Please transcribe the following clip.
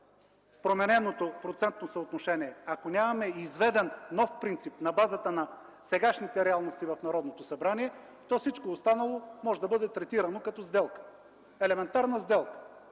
промененото процентно съотношение, ако нямаме изведен нов принцип на базата на сегашните реалности в Народното събрание, то всичко останало може да бъде третирано като сделка – елементарна сделка,